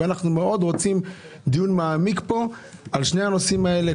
ואנחנו מאוד רוצים דיון מעמיק פה על שני הנושאים האלה,